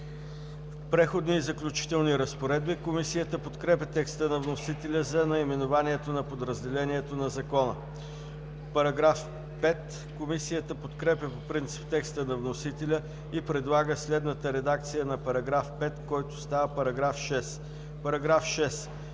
„Преходни и заключителни разпоредби“. Комисията подкрепя текста на вносителя за наименованието на подразделението на Закона. Комисията подкрепя по принцип текста на вносителя и предлага следната редакция на § 5, който става § 6: „§ 6.